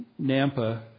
Nampa